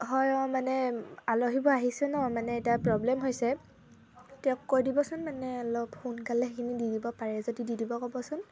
হয় অঁ মানে আলহীবোৰ আহিছে ন মানে এতিয়া প্ৰবলেম হৈছে তেওঁক কৈ দিবচোন মানে অলপ সোনকালে সেইখিনি দি দিব পাৰে যদি দি দিব ক'বচোন